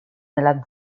nella